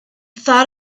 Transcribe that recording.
thought